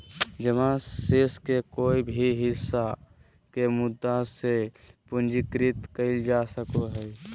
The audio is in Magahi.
जमा शेष के कोय भी हिस्सा के मुद्दा से पूंजीकृत कइल जा सको हइ